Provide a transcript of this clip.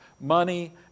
money